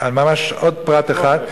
עוד פרט אחד.